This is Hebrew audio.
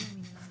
אהוד